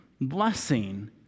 blessing